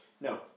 no